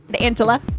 Angela